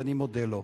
ואני מודה לו.